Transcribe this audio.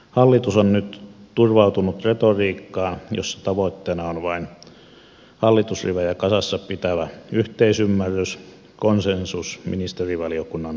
hallitus on nyt turvautunut retoriikkaan jossa tavoitteena on vain hallitusrivejä kasassa pitävä yhteisymmärrys konsensus ministerivaliokunnan päiväkahveilla